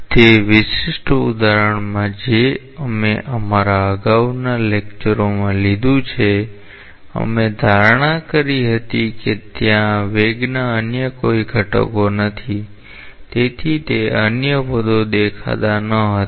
તે વિશિષ્ટ ઉદાહરણમાં જે અમે અમારા અગાઉના લેક્ચરો માં લીધું છે અમે ધારણા કરી હતી કે ત્યા વેગના અન્ય કોઈ ઘટકો નથી તેથી તે અન્ય પદો દેખાતા ન હતા